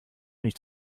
nicht